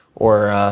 or